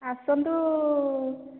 ଆସନ୍ତୁ